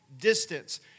distance